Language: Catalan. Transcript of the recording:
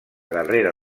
guerrera